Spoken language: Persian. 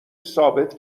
ثابت